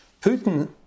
Putin